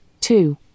two